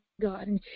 God